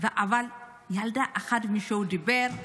אבל על ילדה אחת מישהו דיבר?